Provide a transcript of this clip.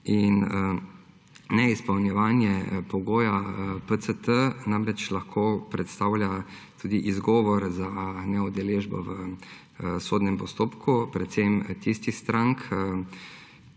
Neizpolnjevanje pogoja PCT namreč lahko predstavlja tudi izgovor za neudeležbo v sodnem postopku predvsem tistih strank,